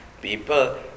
people